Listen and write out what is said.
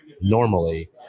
normally